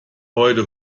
heute